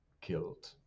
killed